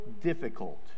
difficult